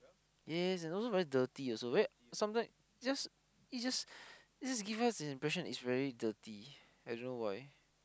yes and also very dirty also very sometimes it just gives us the impression that it is very dirty I don't know why